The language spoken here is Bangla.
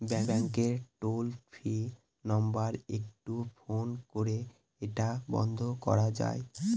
ব্যাংকের টোল ফ্রি নাম্বার একটু ফোন করে এটা বন্ধ করা যায়?